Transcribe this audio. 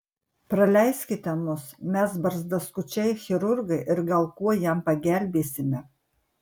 praleiskite mus mes barzdaskučiai chirurgai ir gal kuo jam pagelbėsime